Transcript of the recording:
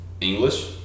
English